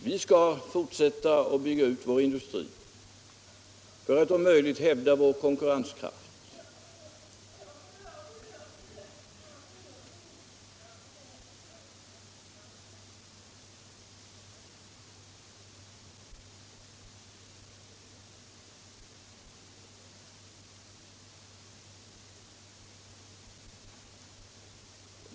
Vi skall fortsätta att bygga ut vår industri för att om möjligt hävda vår konkurrenskraft.